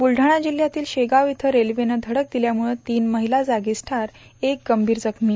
ब्रुलढाणा जिल्हयातील शेगाव इथं रेल्वेनं धडक दिल्यामुळं तीन महिला जागीच ठार तर एक गंभीर जखमी